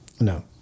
No